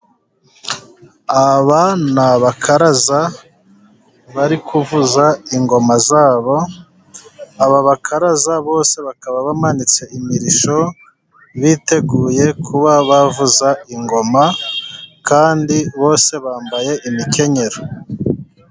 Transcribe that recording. Aba ni abakaraza bari kuvuza ingoma zabo, aba bakaraza bose bakaba bamanitse imirishyo biteguye kuba bavuza ingoma kandi bose bambaye imikenyero.